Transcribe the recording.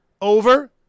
over